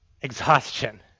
exhaustion